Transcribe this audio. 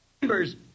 Members